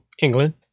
England